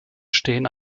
stehen